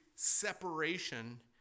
separation